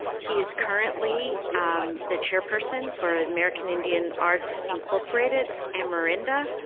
he is currently the chairperson for american indian arts incorporated, amerinda,